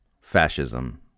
Fascism